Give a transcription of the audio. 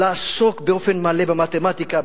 לעסוק באופן מלא במתמטיקה,